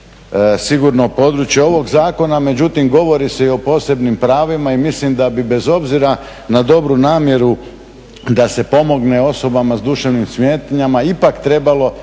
sigurno područje ovog zakona, međutim govori se i o posebnim pravima i mislim da bi bez obzira na dobru namjeru da se pomogne osobama s duševnim smetnjama ipak trebalo